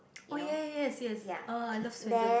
oh ya ya yes yes oh I love Swensen's